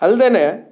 ಅಲ್ಲದೇನೆ